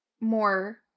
more